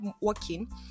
working